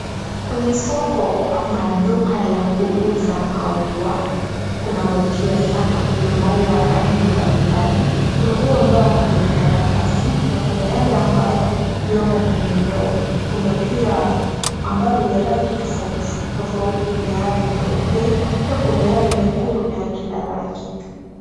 Kwenye soko ama duka la kuuza maua, kunavutia sana. Kuna maua aina mbalimbali. Kuna maua ambayo yako kwenye karatasi na kuna yale ambayo yako kwenye ndoo. Kuna pia ambayo ni ya rangi tofauti tofauti. Kuna yale meupe, pia kuna yale mekundu na y a kila rangi.